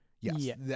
Yes